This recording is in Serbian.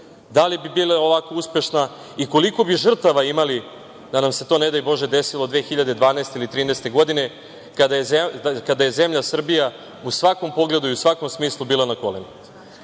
Da li bi bila ovako uspešna i koliko bi žrtava imali da nam se to ne daj Bože desilo 2012. godine ili 2013. godine, kada je zemlja Srbija u svakom pogledu i svakom smislu bila na kolenima. Ono